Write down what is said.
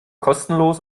kostenlos